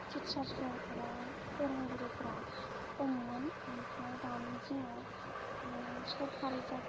टिसार्सफोर एबा फोरोंगिरिफोरा खममोन ओमफ्राय दानि दिनाव सरकारि जाजोबबाय नालाय